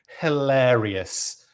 hilarious